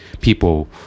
people